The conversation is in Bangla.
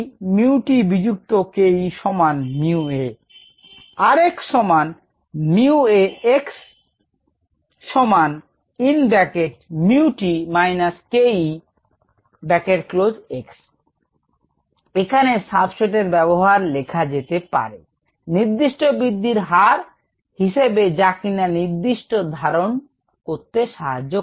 ke 𝜇𝑇 বিজুক্ত ke সমান 𝜇𝐴 𝑟𝑥 𝜇𝐴 𝑥 𝑥 এখানে সাবস্ট্রেট এর ব্যবহার লেখা যেতে পারে নির্দিষ্ট বৃদ্ধির হার হিসেবে যা কিনা নির্দিষ্ট ধারণ করতে সাহায্য করবে